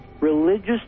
religious